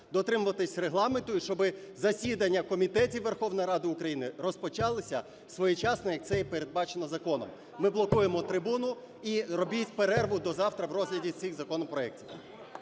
дотримуватись Регламенту. І щоби засідання комітетів Верховної Ради України розпочалися своєчасно, як це і передбачено законом. Ми блокуємо трибуну. І робіть перерву до завтра в розгляді цих законопроектів.